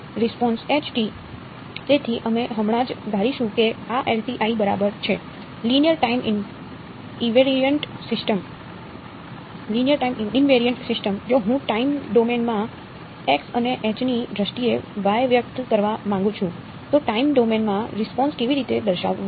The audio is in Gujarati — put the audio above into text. જો હું ટાઇમ ડોમેન માં x અને h ની દ્રષ્ટિએ y વ્યક્ત કરવા માંગુ છું તો ટાઇમ ડોમેન માં રિસ્પોન્સ કેવી રીતે દર્શાવવો